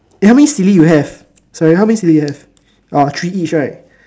eh how many silly you have sorry how many silly you have ah three each right